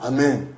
Amen